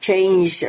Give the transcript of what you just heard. change